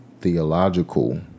Theological